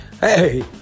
Hey